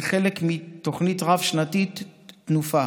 כחלק מהתוכנית הרב-שנתית תנופה.